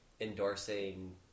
endorsing